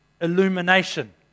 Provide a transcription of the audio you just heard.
illumination